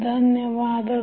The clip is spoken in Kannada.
ದನ್ಯವಾದಗಳು